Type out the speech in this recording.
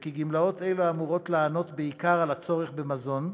וכי גמלאות אלה אמורות לענות בעיקר על הצורך במזון,